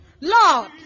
Lord